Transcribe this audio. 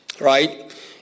Right